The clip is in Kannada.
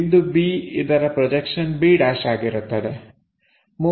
ಬಿಂದು B ಇದರ ಪ್ರೊಜೆಕ್ಷನ್ b' ಆಗಿರುತ್ತದೆ